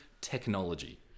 technology